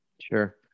Sure